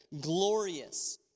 glorious